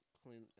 clean